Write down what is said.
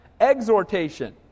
exhortation